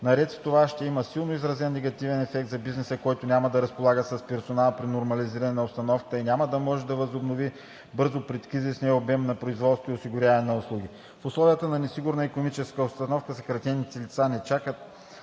Наред с това ще има силно изразен негативен ефект за бизнеса, който няма да разполага с персонал при нормализиране на обстановката и няма да може да възобнови бързо предкризисния обем на производство и оказване на услуги. В условията на несигурна икономическа обстановка съкратените лица не чакат